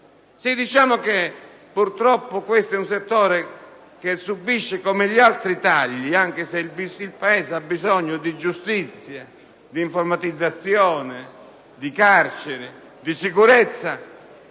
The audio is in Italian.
Si dice che, purtroppo, questo è un settore che, come gli altri, subisce dei tagli, anche se il Paese ha bisogno di giustizia, di informatizzazione, di carceri, di sicurezza.